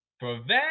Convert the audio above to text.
Prevent